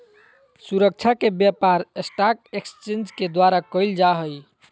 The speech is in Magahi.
सुरक्षा के व्यापार स्टाक एक्सचेंज के द्वारा क़इल जा हइ